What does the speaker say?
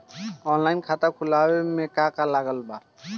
Online खाता खुलवावे मे का का लागत बा?